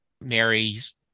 Mary's